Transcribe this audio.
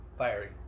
Fiery